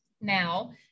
now